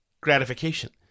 gratification